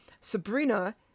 sabrina